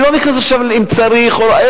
אני לא נכנס עכשיו לשאלה אם צריך או לא,